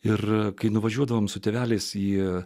ir kai nuvažiuodavome su tėveliais jie